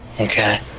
Okay